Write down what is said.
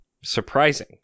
surprising